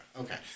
Okay